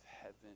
heaven